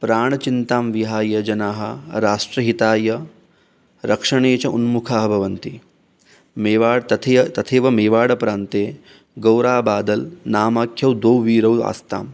प्राणचिन्तां विहाय जनाः राष्ट्रहिताय रक्षणे च उन्मुखाः भवन्ति मेवाड् तथैव तथैव मेवाडप्रान्ते गौराबादलनामाख्यौ द्वौ वीरौ आस्तां